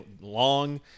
long